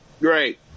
Great